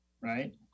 right